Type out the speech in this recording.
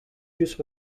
juice